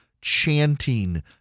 chanting